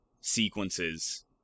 sequences